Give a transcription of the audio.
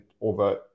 over